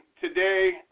today